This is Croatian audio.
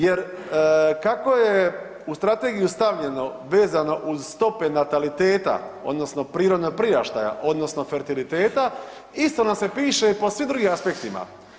Jer kako je u strategiju stavljeno vezano uz stope nataliteta, odnosno prirodnog priraštaja, odnosno fertiliteta isto nam se piše i po svim drugim aspektima.